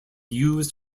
used